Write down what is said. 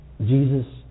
Jesus